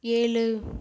ஏழு